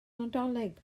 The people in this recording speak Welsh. nadolig